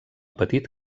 petit